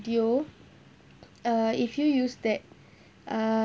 video uh if you use that uh